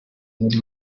muri